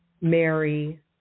Mary